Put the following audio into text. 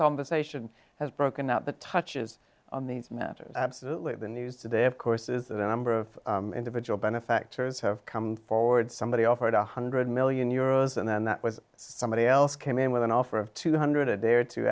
conversation has broken out that touches on these matters absolutely the news today of course is a number of individual benefactors have come forward somebody offered one hundred million euros and then that was somebody else came in with an offer of two hundred a day or two